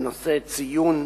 בנושא ציון